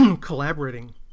collaborating